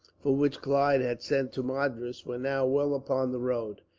for which clive had sent to madras, were now well upon the road,